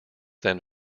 then